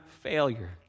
failure